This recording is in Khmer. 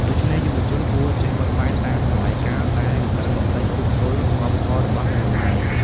ដូច្នេះយុវជនគួរចេះបត់បែនតាមសម័យកាល តែមិនត្រូវបំភ្លេចឬសគល់វប្បធម៌របស់ខ្លួនឡើយ។